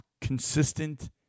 consistent